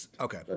Okay